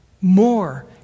more